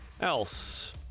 else